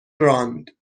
راند